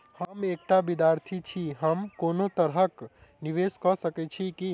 हम एकटा विधार्थी छी, हम कोनो तरह कऽ निवेश कऽ सकय छी की?